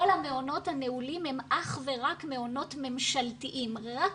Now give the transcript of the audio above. כל המעונות הנעולים הם אך ורק מעונות ממשלתיים, רק